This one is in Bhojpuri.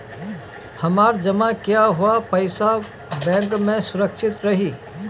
हमार जमा किया हुआ पईसा बैंक में सुरक्षित रहीं?